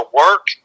work